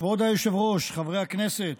כבוד היושב-ראש, חברי הכנסת,